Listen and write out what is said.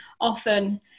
often